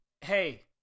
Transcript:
Hey